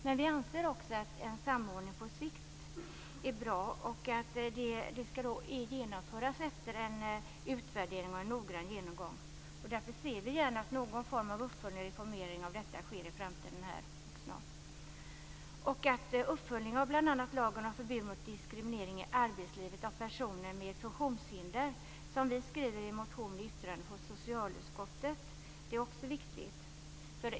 Men vi anser också att en samordning av lagarna på sikt är bra och att den skall genomföras efter en utvärdering och noggrann genomgång. Därför ser vi gärna att någon form av uppföljning och reformering sker inom en snar framtid. Det är också viktigt med en uppföljning av bl.a. lagen om förbud mot diskriminering i arbetslivet av personer med funktionshinder, som vi skriver i motion och yttrande från socialutskottet.